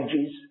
ages